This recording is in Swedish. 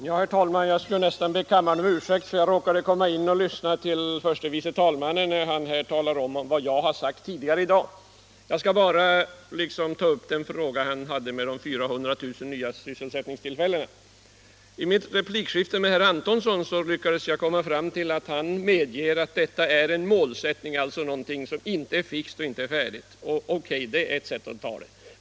Herr talman! Jag skall nästan be kammaren om ursäkt för att jag råkade komma in och lyssna till förste vice talmannen då han här talade om vad jag sagt tidigare i dag. Jag skall bara ta upp frågan om de 400 000 nya sysselsättningstillfällena. Å I mitt replikskifte med herr Antonsson lyckades jag åstadkomma att han medgav att detta är en målsättning, alltså någonting som inte är fixt och färdigt. Okay, det är ett sätt att se det.